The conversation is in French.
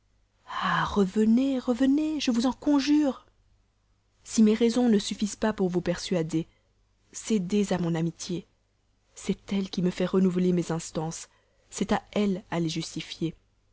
revenez revenez je vous en conjure si mes raisons ne suffisent pas pour vous persuader cédez à mon amitié c'est elle qui me fait renouveller mes instances c'est à elle à les justifier